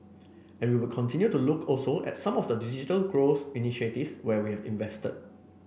and we would continue to look also at some of the digital growth initiatives where we have invested